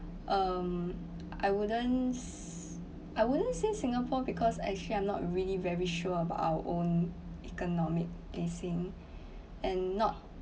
um I wouldn't s~ I wouldn't say singapore because actually I'm not really very sure about our own economic placing and not